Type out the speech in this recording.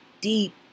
deep